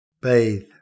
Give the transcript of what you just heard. bathe